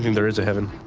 there is a heaven.